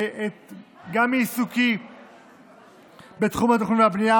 גם מעיסוקי בתחום התכנון והבנייה